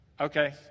Okay